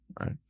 Right